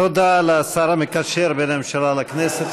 תודה לשר המקשר בין הממשלה לכנסת,